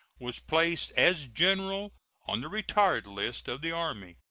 was placed as general on the retired list of the army.